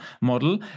model